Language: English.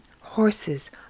horses